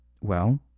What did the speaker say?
Well